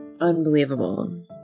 unbelievable